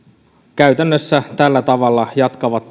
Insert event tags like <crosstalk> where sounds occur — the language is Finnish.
käytännössä tällä tavalla jatkavat <unintelligible>